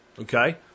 okay